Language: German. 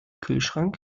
kühlschrank